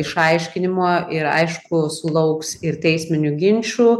išaiškinimo ir aišku sulauks ir teisminių ginčų